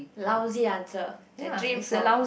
lousy answer I dream for